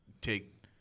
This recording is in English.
take